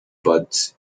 but